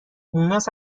مونس